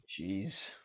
Jeez